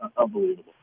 Unbelievable